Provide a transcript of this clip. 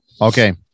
Okay